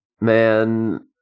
Man